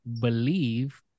believe